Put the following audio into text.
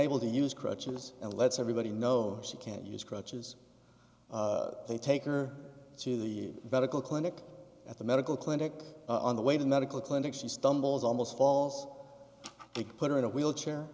unable to use crutches and lets everybody knows she can't use crutches they take her to the vet a clinic at the medical clinic on the way to medical clinic she stumbles almost falls it put her in a wheelchair